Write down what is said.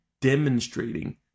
demonstrating